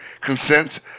consent